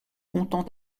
content